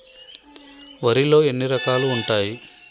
వరిలో ఎన్ని రకాలు ఉంటాయి?